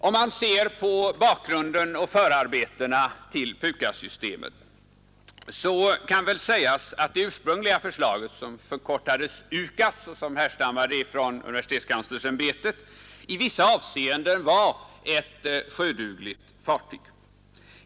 Om man ser på bakgrunden och förarbetena till PUKAS-systemet kan det väl sägas att det ursprungliga förslaget, som förkortades UKAS och som härstammade från universitetskanslersämbetet, i vissa avseenden var ett sjödugligt fartyg.